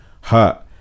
hurt